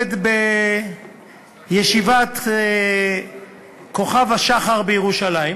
שלומד בישיבת "כוכב מיעקב" בירושלים,